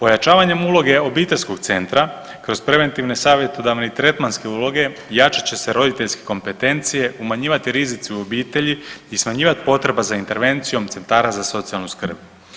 Ojačavanjem uloge obiteljskog centra kroz preventivne savjetodavne i tretmanske uloge jačat će se roditeljske kompetencije, umanjivati rizici u obitelji i smanjivat potreba za intervencijom centra za socijalnu skrb.